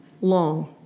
long